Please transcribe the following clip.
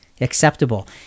acceptable